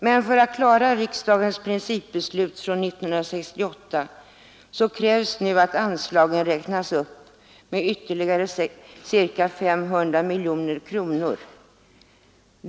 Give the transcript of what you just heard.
Men för att klara riksdagens principbeslut från 1968 krävs nu att anslagen räknas upp med ytterligare ca 500 miljoner kronor.